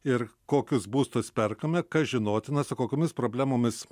ir kokius būstus perkame kas žinotina su kokiomis problemomis